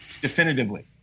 definitively